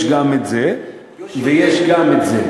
יש גם זה וגם זה.